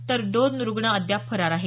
तर दोन रुग्ण अद्याप फरार आहेत